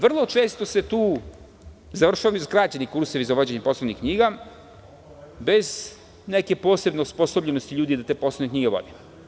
Vrlo često se tu završavaju skraćeni kursevi za vođenje poslovnih knjiga, bez neke posebne osposobljenosti ljudi da te poslovne knjige vode.